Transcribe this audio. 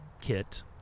kit